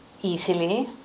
easily